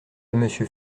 monsieur